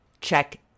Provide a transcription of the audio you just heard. check